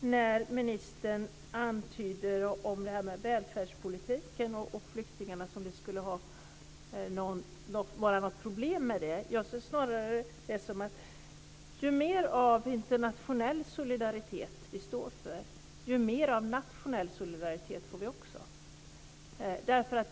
när ministern talar om välfärdspolitiken och flyktingarna och antyder att det skulle vara något problem. Jag ser det snarare så här: Ju mer av internationell solidaritet vi står för, desto mer av nationell solidaritet får vi.